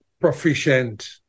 Proficient